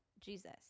Jesus